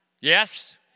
Yes